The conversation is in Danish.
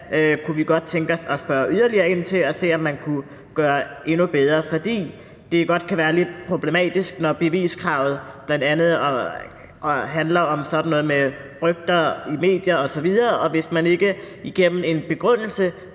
kunne vi godt tænke os at spørge yderligere ind til for at se, om man kunne gøre det endnu bedre. For det kan godt være lidt problematisk, når beviskravet bl.a. handler om sådan noget med rygter i medier osv., og hvis man ikke igennem en begrundelse